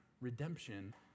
redemption